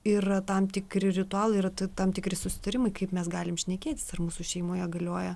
yra tam tikri ritualai yra tam tikri susitarimai kaip mes galim šnekėtis ir mūsų šeimoje galioja